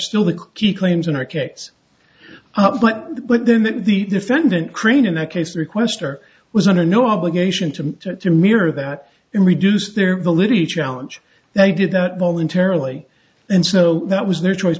still the key claims in our case but but then that the defendant crane in that case requester was under no obligation to try to mirror that and reduce their validity challenge they did that voluntarily and so that was their choice